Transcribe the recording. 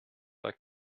like